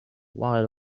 while